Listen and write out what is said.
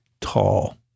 tall